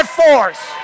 force